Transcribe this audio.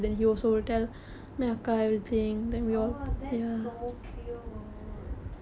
!aww! அப்புறம:appuram